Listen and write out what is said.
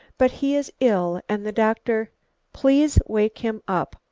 but he is ill, and the doctor please wake him up.